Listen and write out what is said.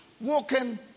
walking